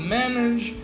manage